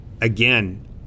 again